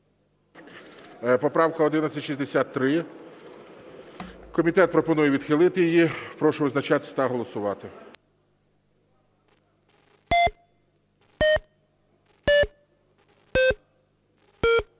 поправку 1259. Комітет пропонує відхилити. Прошу визначатися та голосувати.